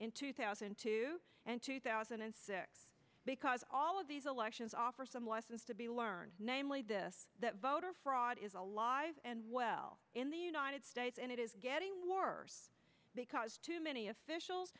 in two thousand and two and two thousand and six because all of these elections offer some lessons to be learned namely this that voter fraud is alive and well in the united states and it is getting worse because too many officials